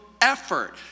effort